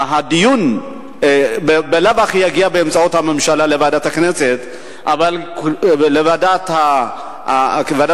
הדיון בלאו הכי יגיע באמצעות הממשלה לוועדת הכנסת ולוועדת הכספים.